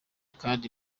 kandi